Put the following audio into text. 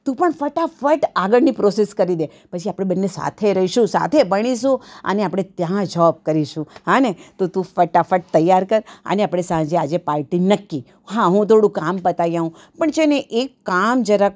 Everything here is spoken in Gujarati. તું પણ ફટાફટ આગળની પ્રોસેસ કરી દે પછી આપણે બંને સાથે રહીશું સાથે ભણીશું અને આપણે ત્યાં જોબ કરીશું હા ને તો તું ફટાફટ તૈયાર કર અને આપણે સાંજે આજે પાર્ટી નક્કી હા હું થોડું કામ પતાવી આવું પણ છે ને એ કામ જરા